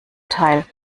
teil